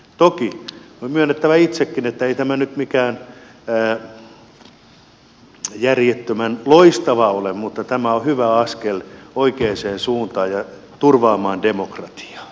toki on myönnettävä itsekin että ei tämä nyt mikään järjettömän loistava ole mutta tämä on hyvä askel oikeaan suuntaan ja turvaamaan demokratiaa